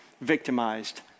victimized